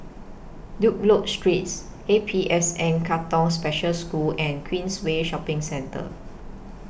Dunlop Streets A P S N Katong Special School and Queensway Shopping Centre